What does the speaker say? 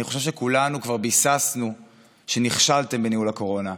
אני חושב שכולנו כבר ביססנו שנכשלתם בניהול הקורונה.